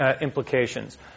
implications